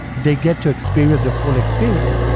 they get to experience a full experience.